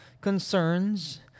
concerns